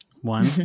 One